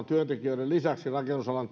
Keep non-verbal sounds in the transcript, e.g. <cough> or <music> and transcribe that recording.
työntekijöiden lisäksi rakennusalan <unintelligible>